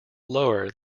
lower